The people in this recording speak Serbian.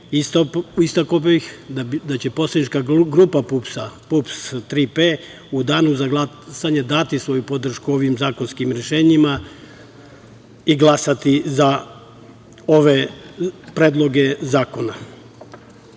istakao bih da će poslanička grupa PUPS-Tri P u danu za glasanje dati svoju podršku ovim zakonskim rešenjima i glasati za ove predloge zakona. Kada